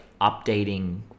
updating